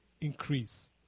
increase